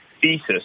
thesis